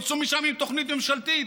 תצאו משם עם תוכנית ממשלתית,